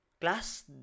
class